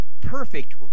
Perfect